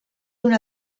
una